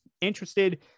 interested